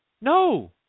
No